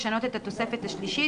לשנות את התוספת השלישית,